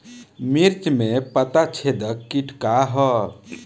मिर्च में पता छेदक किट का है?